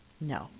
No